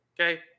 Okay